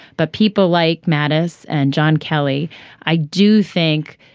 but people like mattis and john kelly i do think